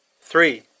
Three